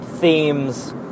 themes